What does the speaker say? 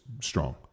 strong